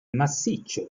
massiccio